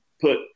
put